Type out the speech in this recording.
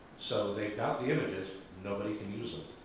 so they got the images, nobody can use them.